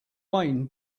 wayne